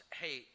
hey